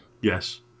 Yes